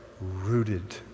rooted